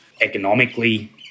economically